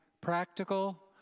practical